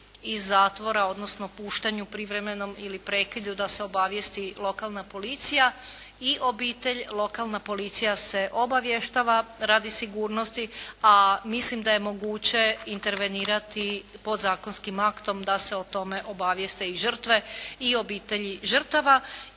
iz zatvora odnosno puštanju privremenom ili prekidu, da se obavijesti lokalna policija. I obitelj, lokalna policija se obavještava radi sigurnosti. A mislim da je moguće intervenirati podzakonskim aktom da se o tome obavijeste i žrtve i obitelji žrtava.